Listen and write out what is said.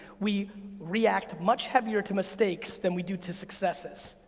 we react much heavier to mistakes than we do to successes.